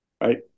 Right